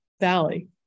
Valley